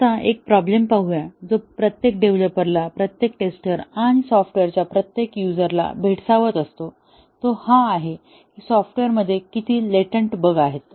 आता एक प्रॉब्लेम पाहूया जो प्रत्येक डेव्हलपर ला प्रत्येक टेस्टर आणि सॉफ्टवेअरच्या प्रत्येक युजरला भेडसावत असतो तो हा आहे कि सॉफ्टवेअरमध्ये किती लेटेन्ट बग आहेत